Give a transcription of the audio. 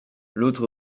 l’autre